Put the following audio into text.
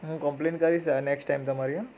હું કંપ્લેન કરીશ હા નેક્સ્ટ ટાઈમ તમારી હોં